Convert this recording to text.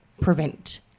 prevent